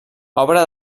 obra